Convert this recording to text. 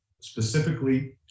specifically